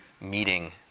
meeting